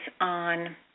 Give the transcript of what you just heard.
on